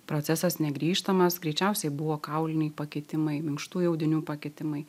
procesas negrįžtamas greičiausiai buvo kauliniai pakitimai minkštųjų audinių pakitimai